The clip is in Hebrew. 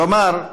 כלומר,